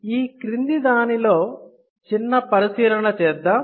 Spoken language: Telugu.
ఈ క్రింది దానిలో చిన్న పరిశీలన చేద్దాం